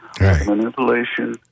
Manipulation